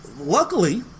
luckily